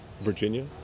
Virginia